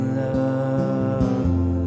love